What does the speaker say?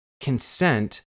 consent